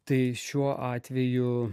tai šiuo atveju